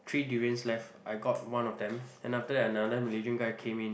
three durians left I got one of them and after that another Malaysian guy came in